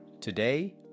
Today